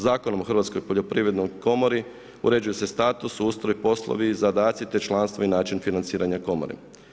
Zakonom o Hrvatskoj poljoprivrednoj komori uređuje se status, ustroj, poslovi, zadaci te članstvo i način financiranja komore.